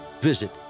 Visit